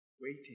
Waiting